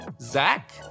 Zach